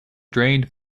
drained